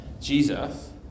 Jesus